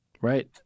Right